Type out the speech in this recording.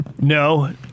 No